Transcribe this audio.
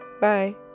Bye